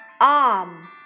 arm